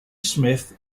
smith